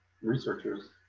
researchers